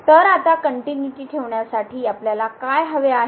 तर आता कनट्युनिटीठेवण्यासाठी आपल्याला काय हवे आहे